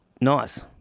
nice